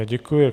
Děkuji.